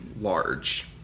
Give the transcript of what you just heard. large